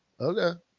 okay